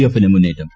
എഫിന് മുന്നേറ്റം